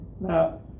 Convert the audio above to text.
now